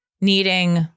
needing